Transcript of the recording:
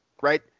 right